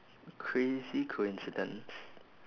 crazy coincidence